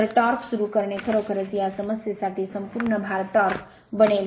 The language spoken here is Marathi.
तर टॉर्क सुरू करणे खरोखरच या समस्येसाठी संपूर्ण भार टॉर्क बनेल